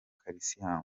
calcium